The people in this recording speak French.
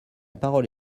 parole